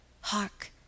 Hark